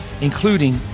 including